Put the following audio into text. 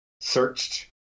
searched